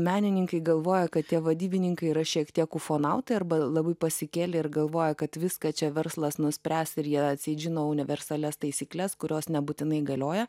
menininkai galvoja kad tie vadybininkai yra šiek tiek ufonautai arba labai pasikėlę ir galvoja kad viską čia verslas nuspręs ir jie atseit žino universalias taisykles kurios nebūtinai galioja